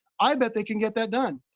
i bet they can get that done.